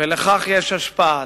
ולכך יש השפעה.